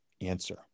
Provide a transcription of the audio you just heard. answer